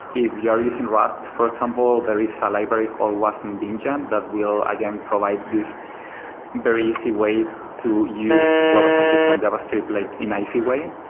if you are using rust for example, there is a ah library called wasm-bindgen that will again provide this very easy way to use webassembly from javascript like in icy way.